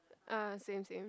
ah same same